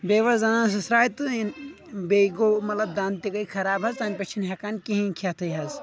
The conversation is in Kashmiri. بیٚیہِ ؤژھ دنٛدن سٕسراے تہٕ بیٚیہِ گوٚو مطلب دنٛد تہِ گٔیے خراب حظ تنہٕ پٮ۪ٹھ چھِنہٕ ہٮ۪کان کہیٖنۍ کھٮ۪تٕے حظ